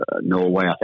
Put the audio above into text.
Norway